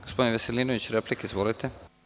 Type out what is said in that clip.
Gospodin Veselinović, replika, izvolite.